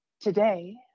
today